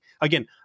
again